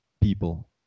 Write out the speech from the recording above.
people